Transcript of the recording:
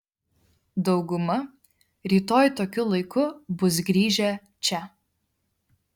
dauguma rytoj tokiu laiku bus grįžę čia